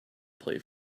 play